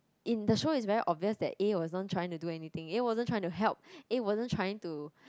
in the show is very obvious that A wasn't trying to do anything A wasn't trying to help A wasn't trying to